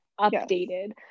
updated